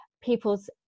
people's